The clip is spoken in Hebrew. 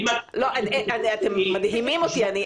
תודה.